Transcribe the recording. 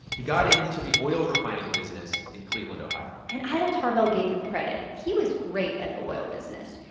he got into the oil refining business in cleveland, ohio and ida tarbell gave him credit. he was great at the oil business.